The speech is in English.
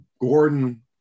Gordon